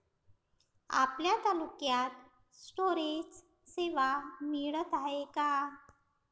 आपल्या तालुक्यात स्टोरेज सेवा मिळत हाये का?